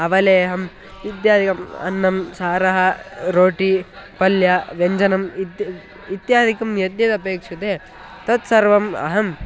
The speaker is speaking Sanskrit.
अवलेहम् इत्यादिकम् अन्नं सारः रोटि पल्य व्यञ्जनम् इत् इत्यादिकं यद्यदपेक्षते तत्सर्वम् अहं